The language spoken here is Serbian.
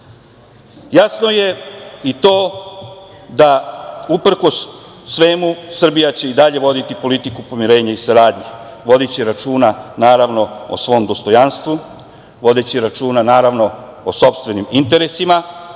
Jasno je i to da uprkos svemu Srbija će i dalje voditi politiku pomirenja i saradnje, vodiće računa, naravno o svom dostojanstvu vodeći računa, naravno o sopstvenim interesima,